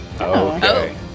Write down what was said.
Okay